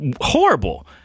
horrible